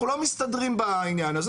אנחנו לא מסתדרים בעניין הזה,